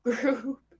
group